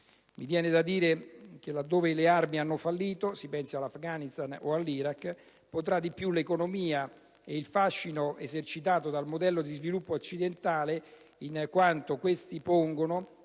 Mi viene da dire che, laddove le armi hanno fallito (si pensi all'Afghanistan o all'Iraq), potrà di più l'economia e il fascino esercitato dal modello di sviluppo occidentale, in quanto questi pongono,